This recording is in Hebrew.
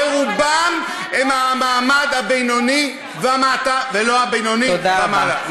ברובם הם המעמד הבינוני ומטה, ולא הבינוני ומעלה.